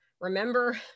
Remember